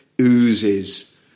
oozes